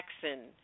Jackson